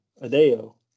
Adeo